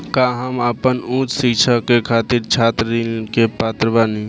का हम आपन उच्च शिक्षा के खातिर छात्र ऋण के पात्र बानी?